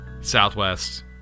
Southwest